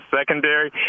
secondary